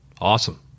Awesome